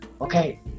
Okay